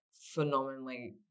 phenomenally